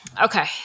okay